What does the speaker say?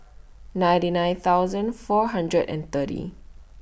ninety nine thousand four hundred and thirty